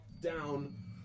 down